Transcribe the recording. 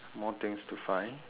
more things to find